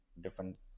different